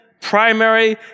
primary